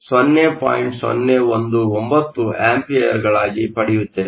019 ಆಂಪಿಯರ್ಗಳಾಗಿ ಪಡೆಯುತ್ತೇವೆ